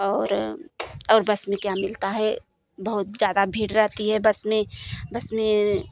और और बस में क्या मिलता है बहुत ज़्यादा भीड़ रहती है बस में बस में